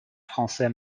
français